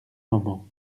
moment